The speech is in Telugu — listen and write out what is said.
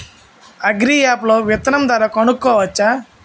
అగ్రియాప్ లో విత్తనం ధర కనుకోవచ్చా?